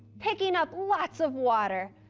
picking up lots of water,